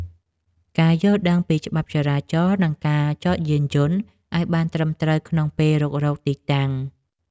ការយល់ដឹងពីច្បាប់ចរាចរណ៍ និងការចតយានយន្តឱ្យបានត្រឹមត្រូវក្នុងពេលរុករកទីតាំង។